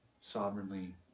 sovereignly